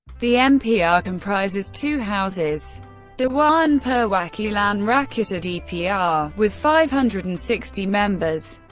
the mpr comprises two houses dewan perwakilan rakyat or dpr, with five hundred and sixty members,